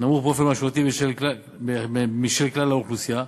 נמוך באופן משמעותי משל כלל האוכלוסייה.